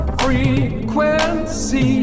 frequency